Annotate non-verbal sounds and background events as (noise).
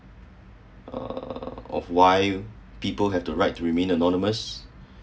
uh of why people have the right to remain anonymous (breath)